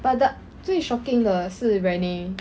but the 最 shocking 的是 renee